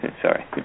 Sorry